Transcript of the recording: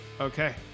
Okay